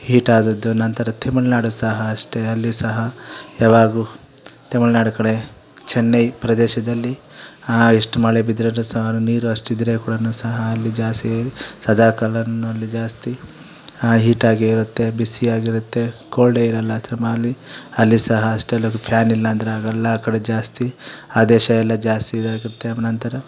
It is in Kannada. ಹೀಟ್ ಆದದ್ದು ನಂತರ ತಮಿಳ್ನಾಡು ಸಹ ಅಷ್ಟೇ ಅಲ್ಲಿ ಸಹ ಯಾವಾಗ್ಲೂ ತಮಿಳ್ನಾಡು ಕಡೆ ಚೆನ್ನೈ ಪ್ರದೇಶದಲ್ಲಿ ಹಾಂ ಎಷ್ಟು ಮಳೆ ಬಿದ್ರೂ ಸಹ ನೀರು ಅಷ್ಟು ಇದ್ರೆ ಕೂಡ ಸಹ ಅಲ್ಲಿ ಜಾಸ್ತಿ ಸದಾ ಕಾಲವೂ ಅಲ್ಲಿ ಜಾಸ್ತಿ ಹಾಂ ಹೀಟ್ ಆಗೇ ಇರುತ್ತೆ ಬಿಸಿಯಾಗಿರುತ್ತೆ ಕೋಲ್ಡೇ ಇರೋಲ್ಲ ಅಲ್ಲಿ ಸಹ ಫ್ಯಾನ್ ಇಲ್ಲಾಂದ್ರೆ ಆಗೋಲ್ಲ ಆ ಕಡೆ ಜಾಸ್ತಿ ಆ ದೇಶ ಎಲ್ಲಾ ಜಾಸ್ತಿ ಇದಾಗುತ್ತೆ ನಂತರ